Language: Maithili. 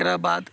एकरा बाद